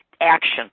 action